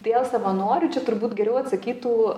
diel savanorių čia turbūt geriau atsakytų